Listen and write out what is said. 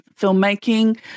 filmmaking